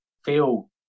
Feel